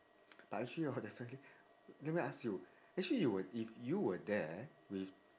but actually hor definitely let me ask you actually you if you were there with